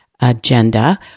agenda